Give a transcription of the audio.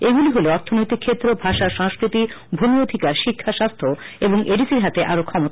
এগুলি হলো অর্থনৈতিক ক্ষেত্র ভাষা সংস্কৃতি ভূমি অধিকার শিক্ষা স্বাস্থ্য এবং এডিসির হাতে আরও ফ্ষমতা